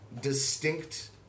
distinct